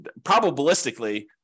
probabilistically